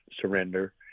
surrender